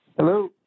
Hello